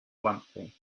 bluntly